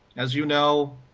as you know,